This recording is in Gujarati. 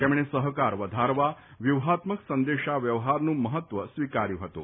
તેમણે સહકાર વધારવા વ્યૂહાત્મક સંદેશા વ્યવહારનું મહત્વ સ્વીકાર્યુ હતું